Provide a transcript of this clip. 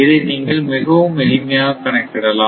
இதை நீங்கள் மிகவும் எளிமையாக கணக்கிடலாம்